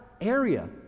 area